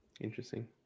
Interesting